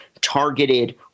targeted